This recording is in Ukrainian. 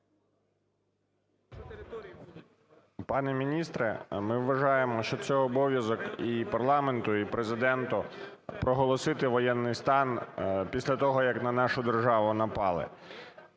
Пане міністре, ми вважаємо, що це обов'язок і парламенту і Президента проголосити воєнний стан після того як на нашу державу напали.